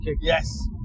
Yes